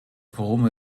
worum